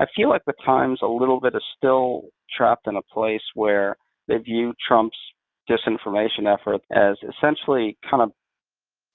i feel like the times a little bit is still trapped in a place where their view trump's disinformation effort as essentially kind of